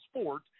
sport